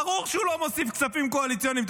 ברור שהוא לא מוסיף כספים קואליציוניים.